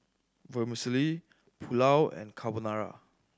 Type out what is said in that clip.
Vermicelli Pulao and Carbonara